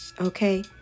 Okay